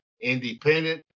Independent